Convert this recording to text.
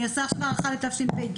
אני עושה עכשיו הערכה לשנת התשפ"ג.